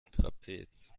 trapez